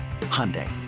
Hyundai